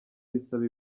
risaba